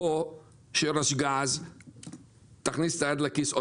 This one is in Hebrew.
או שרשגז תכניס את היד לכיס,